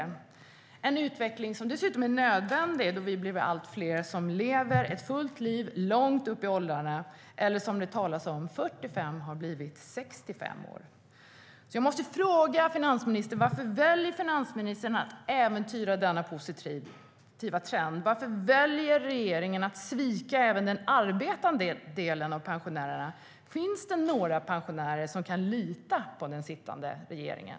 Det är en utveckling som dessutom är nödvändig då vi blir allt fler som lever ett fullt liv långt upp i åldrarna. Det talas om att 45 år har blivit 65 år. Varför väljer finansministern att äventyra denna positiva trend? Varför väljer regeringen att svika även den arbetande andelen av pensionärerna? Finns det några pensionärer som kan lita på den sittande regeringen?